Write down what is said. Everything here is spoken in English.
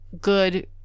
good